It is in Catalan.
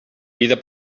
vida